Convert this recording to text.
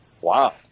Wow